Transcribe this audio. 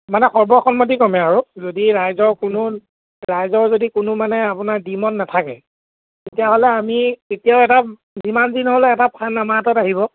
মানে সৰ্বসন্মতি ক্ৰমে আৰু যদি ৰাইজৰ কোনো ৰাইজৰ যদি কোনো মানে আপোনাৰ দ্বিমত নাথাকে তেতিয়াহ'লে আমি এতিয়া এটা যিমান দিন হ'লে এটা ফাণ্ড আমাৰ হাতত আহিব